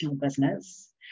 business